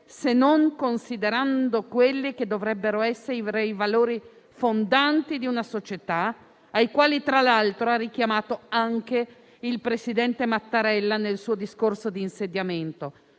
se non considerando quelli che dovrebbero essere i valori fondanti di una società, ai quali si è peraltro richiamato anche il presidente Mattarella nel suo discorso di insediamento: